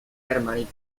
hermanito